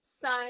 Sun